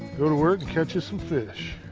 go to work and catch you some fish.